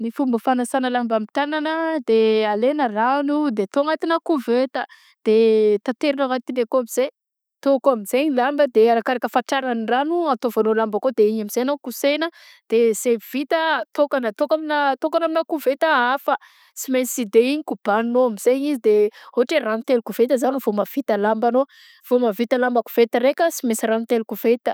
Fomba fanasana lamba amy tagnana de alegna rano de atao agnatina koveta de taterina agantiny akao am'zay atao akao amzay lamba de arakaraka fatraragn'ny rano ataovanao lamba akao de igny amzay no koseagna de zay vita ataokagna ataoko atokagna aminà koveta afa sy mainsy de igny kobaninao amzay izy de ôhatra hoe rano telo koveta zany vao mavita lambanao vao mavita lamba koveta raiky sy maintsy rano telo koveta.